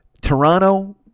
Toronto